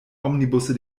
omnibusse